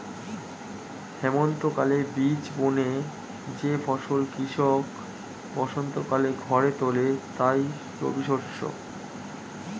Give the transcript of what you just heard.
হেমন্তকালে বীজ বুনে যে ফসল কৃষক বসন্তকালে ঘরে তোলে তাই রবিশস্য